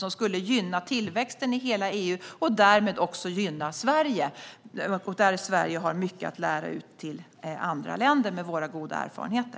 Det skulle gynna tillväxten i hela EU och därmed också gynna Sverige. Här har Sverige, med våra goda erfarenheter, mycket att lära ut till andra länder.